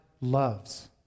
loves